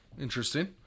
Interesting